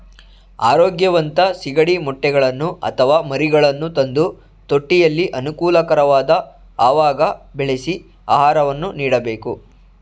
ಆರೋಗ್ಯವಂತ ಸಿಗಡಿ ಮೊಟ್ಟೆಗಳನ್ನು ಅಥವಾ ಮರಿಗಳನ್ನು ತಂದು ತೊಟ್ಟಿಯಲ್ಲಿ ಅನುಕೂಲಕರವಾದ ಅವಾಗ ಬೆಳೆಸಿ ಆಹಾರವನ್ನು ನೀಡಬೇಕು